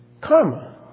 Karma